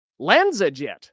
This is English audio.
LanzaJet